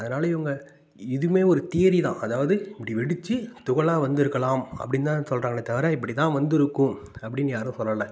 அதனால் இவங்க இதுவுமே ஒரு தியரி தான் அதாவது இப்படி வெடித்து துகளாக வந்திருக்கலாம் அப்படின் தான் சொல்கிறாங்களே தவிர இப்படி தான் வந்திருக்கும் அப்படின்னு யாரும் சொல்லைல